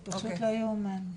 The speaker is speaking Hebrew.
זה פשוט לא יאומן.